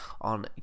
on